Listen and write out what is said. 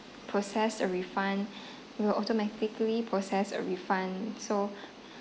process a refund we'll automatically process a refund so